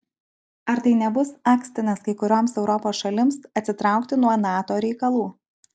ar tai nebus akstinas kai kurioms europos šalims atsitraukti nuo nato reikalų